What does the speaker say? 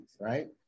right